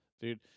Dude